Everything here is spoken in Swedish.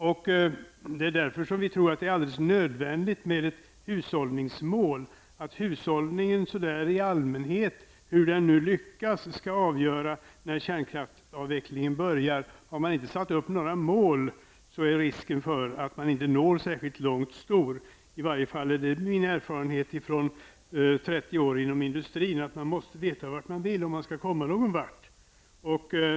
Det är också därför vi tror att det är alldeles nödvändigt med ett hushållningsmål, i stället för att hushållningen så där i allmänhet -- hur den nu lyckas -- skall avgöra när kärnkraftsavvecklingen börjar. Har man inte satt upp några mål är risken stor att man inte når särskilt långt. I varje fall är det min erfarenhet från 30 år inom industrin att man måste veta vart man vill om man skall komma någonvart.